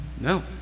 No